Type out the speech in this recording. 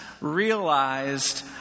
realized